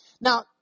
Now